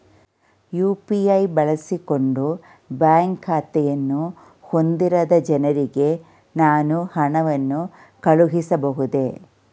UPI ಬಳಸಿಕೊಂಡು bank ಖಾತೆಯನ್ನು ಹೊಂದಿರದ ಜನರಿಗೆ ನಾನು ಹಣವನ್ನು ಕಳುಹಿಸಬಹುದೇ?